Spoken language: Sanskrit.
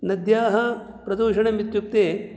नद्याः प्रदूषणम् इत्युक्ते